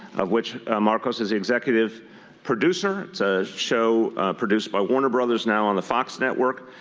of which marcos is the executive producer. it's a show produced by warner brothers now on the fox network.